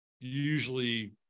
usually